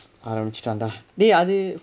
ஆரம்பிச்சுட்டான்:aarambichuttaan dah dey அது:athu